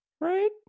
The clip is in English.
Right